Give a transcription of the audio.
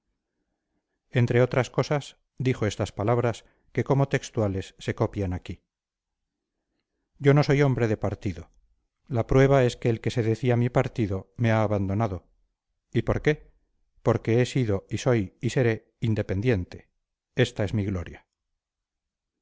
entre otras cosas dijo estas palabras que como textuales se copian aquí yo no soy hombre de partido la prueba es que el que se decía mi partido me ha abandonado y por qué porque he sido y soy y seré independiente esta es mi gloria